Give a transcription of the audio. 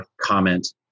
comment